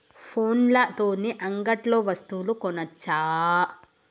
ఫోన్ల తోని అంగట్లో వస్తువులు కొనచ్చా?